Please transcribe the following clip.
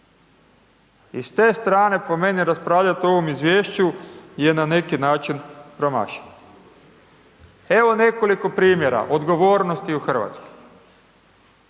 i s te strane, po meni raspravljati o ovom izvješću je na neki način promašeno. Evo nekoliko primjera odgovornosti u Hrvatskoj,